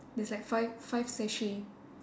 there's like five five sachet